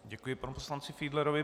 Děkuji panu poslanci Fiedlerovi.